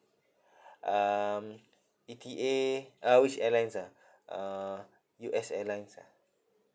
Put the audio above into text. um E T A uh which airlines ah uh U_S airlines ah